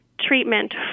treatment